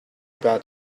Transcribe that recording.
bad